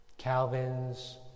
Calvin's